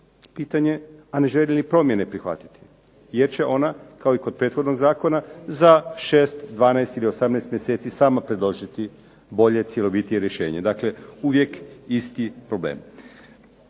pitanje, a ne želi ni promjene prihvatiti, jer će ona kao i kod prethodnog zakona, za 6, 12 ili 18 mjeseci sama predložiti bolje, cjelovitije rješenje. Dakle, uvijek isti problem.